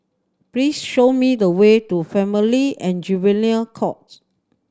please show me the way to Family and Juvenile Court